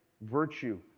virtue